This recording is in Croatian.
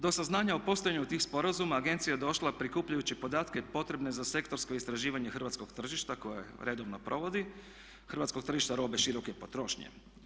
Do saznanja o postojanju tih sporazuma agencija je došla prikupljajući podatke potrebne za sektorsko istraživanje hrvatskog tržišta koje redovno provodi, hrvatskog tržišta robe široke potrošnje.